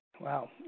Wow